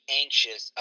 anxious